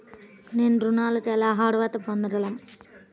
నేను ఋణానికి ఎలా అర్హత పొందగలను?